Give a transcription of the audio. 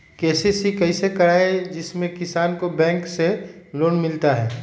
KCC कैसे कराये जिसमे किसान को बैंक से लोन मिलता है?